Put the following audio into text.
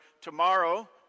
Tomorrow